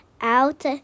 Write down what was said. out